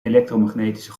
elektromagnetische